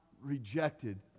rejected